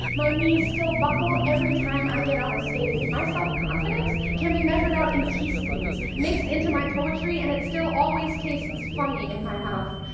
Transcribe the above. my knees still buckle every time i get on a stage. my self-confidence can be measured out in teaspoons mixed into my poetry, and it still always tastes funny in my mouth.